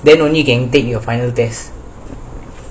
then only you can take your final test